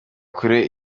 kure